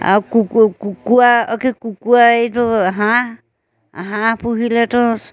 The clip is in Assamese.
আৰু কুকুৰা কি কুকুৰা এইটো হাঁহ হাঁহ পুহিলেতো